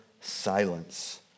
silence